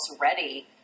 ready